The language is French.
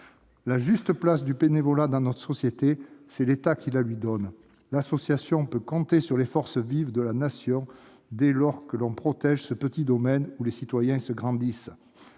La juste place du bénévolat dans notre société, c'est l'État qui la lui donne. L'association peut compter sur les forces vives de la Nation, dès lors que l'on protège ce petit domaine où les citoyens se grandissent.